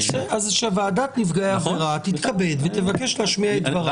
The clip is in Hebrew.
אז שוועדת נפגעי העבירה תתכבד ותבקש להשמיע את דברה.